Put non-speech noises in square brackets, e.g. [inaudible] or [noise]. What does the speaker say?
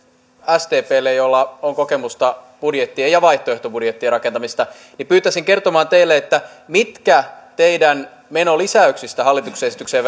sdptä jolla on kokemusta budjettien ja vaihtoehtobudjettien rakentamisesta pyytäisin kertomaan meille mitkä teidän menolisäyksistänne hallituksen esitykseen [unintelligible]